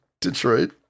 Detroit